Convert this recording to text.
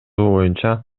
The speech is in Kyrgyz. боюнча